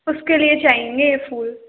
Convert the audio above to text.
उसके लिए चाहिए ये फूल